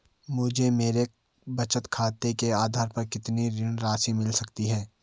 मुझे मेरे बचत खाते के आधार पर कितनी ऋण राशि मिल सकती है?